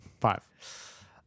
Five